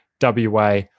WA